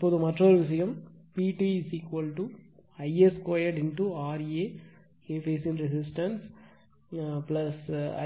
இப்போது மற்றொரு விஷயம் PT Ia2 RA a பேஸ்ன் ரெசிஸ்டன்ஸ்